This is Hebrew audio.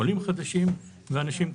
עולים חדשים ואנשים כאלה.